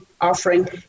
offering